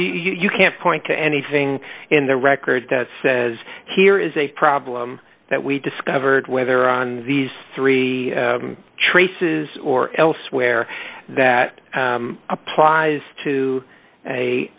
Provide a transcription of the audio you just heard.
you can't point to anything in the record that says here is a problem that we discovered whether on these three traces or elsewhere that applies to a